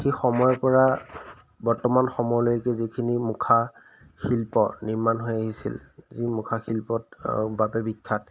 সেই সময়ৰ পৰা বৰ্তমান সময়লৈকে যিখিনি মুখা শিল্প নিৰ্মাণ হৈ আহিছিল যি মুখা শিল্পত বাবে বিখ্যাত